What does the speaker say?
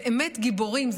באמת גיבורים.